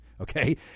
okay